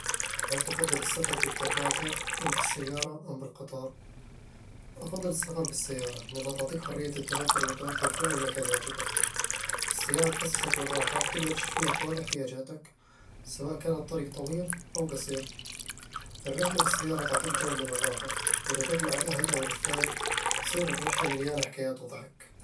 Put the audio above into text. هل تفضل السفر بالدراجة، أم بالسيارة، أم بالقطار؟ أفضل السفر بالسيارة، لأنها تعطيك حرية التنقل والتوقف في أي مكان يعجبك السيارة تحسسك بالراحة وتقدر تشيل فيها كل احتياجاتك، سواء كان الطريق طويل أو قصير الرحلة بالسيارة تعطيك جو من الراحة، وإذا كنت مع الأهل أو الرفاق، تصير الرحلة مليانة حكايات وضحك